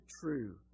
true